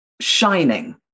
shining